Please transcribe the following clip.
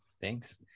thanks